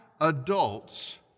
adults